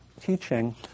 teaching